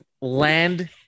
land